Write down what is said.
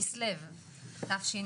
כ"ו בכסלו התשפ"ב,